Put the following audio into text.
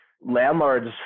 landlords